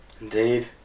Indeed